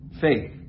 faith